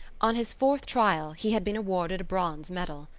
on his fourth trial he had been awarded a bronze medal.